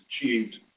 achieved